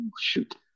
shoot